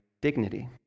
dignity